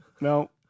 No